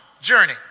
journey